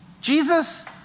Jesus